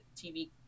TV